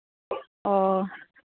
ꯑꯣ